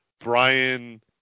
Brian